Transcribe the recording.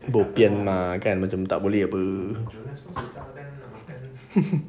bo pian lah kan macam tak boleh apa